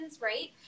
right